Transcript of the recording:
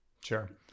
Sure